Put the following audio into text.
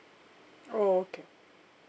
oh okay